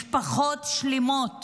משפחות שלמות